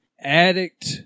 addict